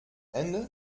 ende